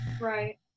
Right